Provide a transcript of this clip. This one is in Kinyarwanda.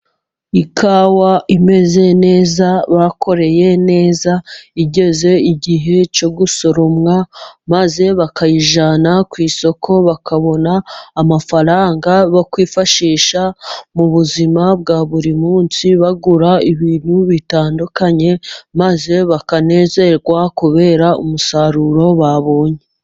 Ikawa imeze neza bakoreye neza igeze igihe cyo gusoromwa maze bakayijyana ku isoko bakabona amafaranga bakwifashisha mu buzima bwa buri munsi bagura ibintu bitandukanye maze bakanezerwa kubera umusaruro babonye.